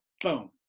boom